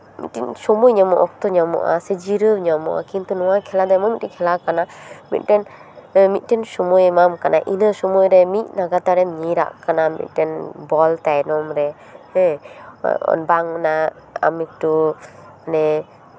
ᱢᱤᱫᱴᱮᱱ ᱥᱚᱢᱚᱭ ᱧᱟᱢᱚᱜᱼᱟ ᱚᱠᱛᱚ ᱧᱟᱢᱚᱜᱼᱟ ᱥᱮ ᱡᱤᱨᱟᱹᱣ ᱧᱟᱢᱚᱜᱼᱟ ᱠᱤᱱᱛᱩ ᱱᱚᱣᱟ ᱠᱷᱮᱞᱟ ᱫᱚ ᱮᱢᱚᱱ ᱢᱤᱫᱴᱮᱱ ᱠᱷᱮᱞᱟ ᱠᱟᱱᱟ ᱢᱤᱫᱴᱮᱱ ᱳᱭ ᱢᱤᱫᱴᱮᱱ ᱥᱚᱢᱚᱭᱮ ᱮᱢᱟᱢ ᱠᱟᱱᱟ ᱤᱱᱟᱹ ᱥᱚᱢᱚᱭ ᱨᱮ ᱢᱤᱫ ᱞᱟᱜᱟᱛᱟᱨ ᱮᱢ ᱧᱤᱨᱟᱜ ᱠᱟᱱᱟ ᱢᱤᱫᱴᱟᱱ ᱵᱚᱞ ᱛᱟᱭᱱᱚᱢ ᱨᱮ ᱦᱮᱸ ᱵᱟᱝᱢᱟ ᱟᱢ ᱮᱠᱴᱩ ᱢᱮ